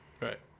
Right